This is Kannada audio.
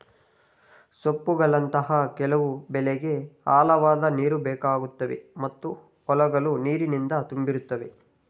ಸೊಪ್ಪುಗಳಂತಹ ಕೆಲವು ಬೆಳೆಗೆ ಆಳವಾದ್ ನೀರುಬೇಕಾಗುತ್ತೆ ಮತ್ತು ಹೊಲಗಳು ನೀರಿನಿಂದ ತುಂಬಿರುತ್ತವೆ